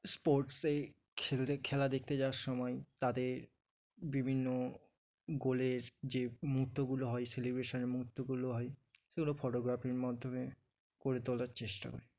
স্পোর্টসে খেলতে খেলা দেখতে যাওয়ার সময় তাদের বিভিন্ন গোলের যে মুহূর্তগুলো হয় সেলিব্রেশনের মুহূর্তগুলো হয় সেগুলো ফটোগ্রাফির মাধ্যমে করে তোলার চেষ্টা করি